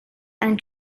and